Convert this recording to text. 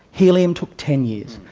helium took ten years,